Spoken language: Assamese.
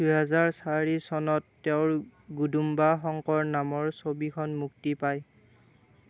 দুই হাজাৰ চাৰি চনত তেওঁৰ গুডুম্বা শঙ্কৰ নামৰ ছবিখন মুক্তি পায়